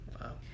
Wow